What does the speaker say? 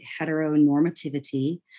heteronormativity